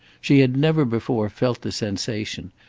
she had never before felt the sensation,